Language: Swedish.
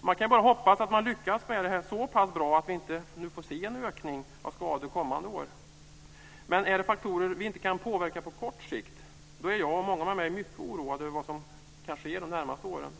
Man kan bara hoppas att man har lyckats med detta så pass bra att vi inte får se en ökning av skador under kommande år. Men om det är faktorer som vi inte kan påverka på kort sikt så är jag och många med mig mycket oroade över vad som kan ske under de närmaste åren.